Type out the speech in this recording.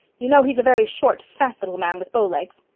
you know he's a very short, fat little man with bow legs.